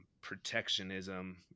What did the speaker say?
protectionism